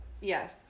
Yes